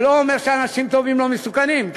זה לא אומר שאנשים טובים לא מסוכנים, כן?